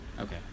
Okay